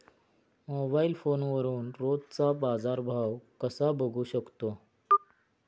Mobile फोनवरून रोजचा बाजारभाव कसा बघू शकतो?